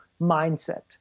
mindset